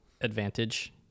advantage